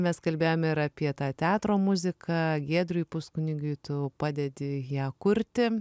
mes kalbėjom ir apie tą teatro muziką giedriui puskunigiui tu padedi ją kurti